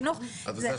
אבל אנחנו נמצאים פה.